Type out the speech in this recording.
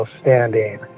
standing